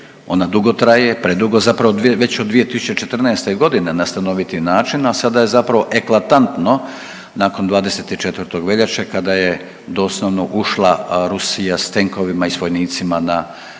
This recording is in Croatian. ona dugo traje, predugo, zapravo već od 2014.g. na stanoviti način, a sada je zapravo eklatantno nakon 24. veljače kada je doslovno ušla Rusija s tenkovima i vojnicima na,